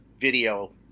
video